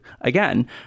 again